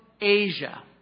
Asia